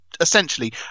essentially